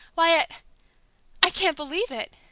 why, it i can't believe it!